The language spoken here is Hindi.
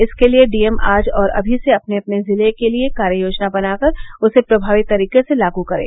इसके लिए डीएम आज और अभी से अपने अपने जिले के लिए कार्ययोजना बनाकर उसे प्रमावी तरीके से लागू करें